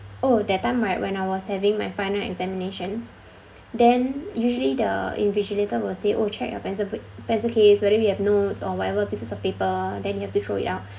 oh that time right when I was having my final examinations then usually the invigilator will say oh check your pencil bre~ pencil case whether you have note or whatever pieces of paper then you have to throw it out